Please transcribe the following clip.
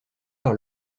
par